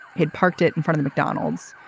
he'd parked it in front of mcdonald's.